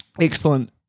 Excellent